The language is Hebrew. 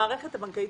המערכת הבנקאית